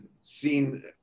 seen